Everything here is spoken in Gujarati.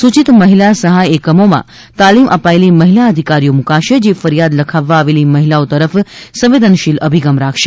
સૂચિત મહિલા સહાય એકમોમાં તાલીમ અપાયેલી મહિલા અધિકારીઓ મૂકાશે જે ફરિયાદ લખાવવા આવેલી મહિલાઓ તરફ સંવેદનશીલ અભિગમ રાખશે